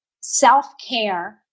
self-care